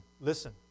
listen